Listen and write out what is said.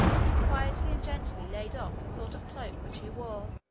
he quietly and gently laid off a sort of cloak which he wore,